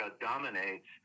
dominates